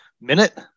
minute